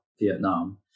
Vietnam